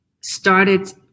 started